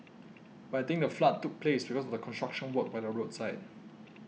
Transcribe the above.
but I think the flood took place because of the construction work by the roadside